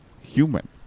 Human